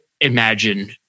imagine